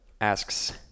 asks